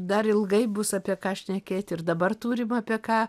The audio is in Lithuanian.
dar ilgai bus apie ką šnekėti ir dabar turim apie ką